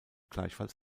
gleichfalls